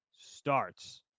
starts